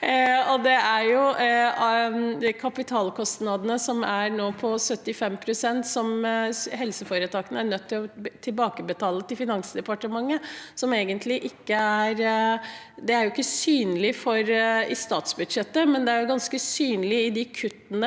av her. Kapitalkostnadene er nå på 75 pst. som helseforetakene er nødt til å tilbakebetale til Finansdepartementet. Det er egentlig ikke synlig i statsbudsjettet, men det er ganske synlig i de kuttene